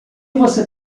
você